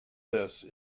this